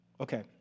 Okay